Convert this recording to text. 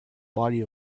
body